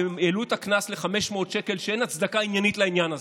והעלו את הקנס ל-500 שקל כשאין הצדקה עניינית לעניין הזה.